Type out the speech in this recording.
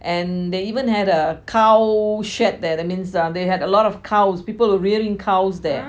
and they even had a cow shed there that means uh they had a lot of cows peoples were rearing cows there